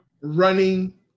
running